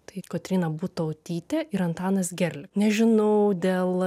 tai kotryna butautytė ir antanas gerli nežinau dėl